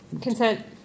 consent